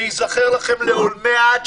זה ייזכר לכם לעולמי עד,